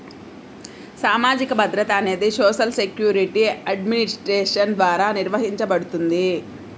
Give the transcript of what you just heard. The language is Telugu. సామాజిక భద్రత అనేది సోషల్ సెక్యూరిటీ అడ్మినిస్ట్రేషన్ ద్వారా నిర్వహించబడుతుంది